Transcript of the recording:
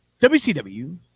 WCW